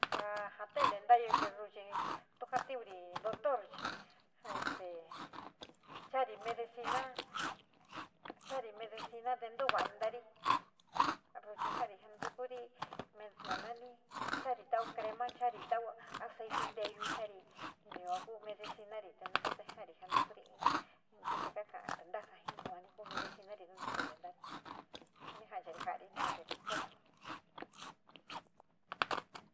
ja te´ente ntayó, chí ruu chí tú jatiuri doctor chi ja este chaari médicina, charí médicina te tú va tabrí rochi fabrí já nítokurí ni neírocharí tao cherárh charár tao aete niñeyo charár yua ku medicina tú todo jáarí já nítokurí in kifí ka kadí tintaxa yuaní kuu médicina rí no ní te´ente ntarí xi ni jamcharí ja´arí jí jaso.